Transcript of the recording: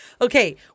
Okay